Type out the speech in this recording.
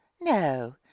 no